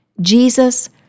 Jesus